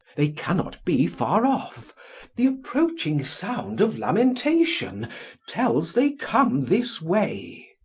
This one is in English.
they cannot be far off the approaching sound of lamentation tells they come this way.